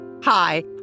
Hi